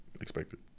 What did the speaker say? expected